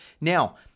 Now